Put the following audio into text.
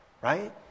right